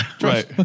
Right